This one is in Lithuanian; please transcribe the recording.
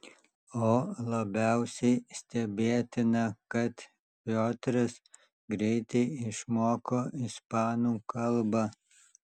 o labiausiai stebėtina kad piotras greitai išmoko ispanų kalbą